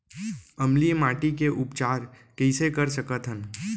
अम्लीय माटी के उपचार कइसे कर सकत हन?